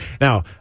Now